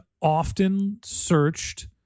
often-searched